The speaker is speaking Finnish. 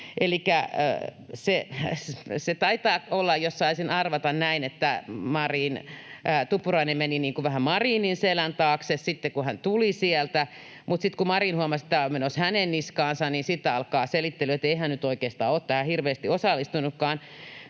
se taitaa olla näin, jos saisin arvata, että Tuppurainen meni niin kuin vähän Marinin selän taakse sitten, kun hän tuli sieltä, mutta sitten kun Marin huomasi, että tämä on menossa hänen niskaansa, alkaa selittely, että ei hän nyt oikeastaan ole tähän hirveästi osallistunutkaan.